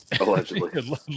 Allegedly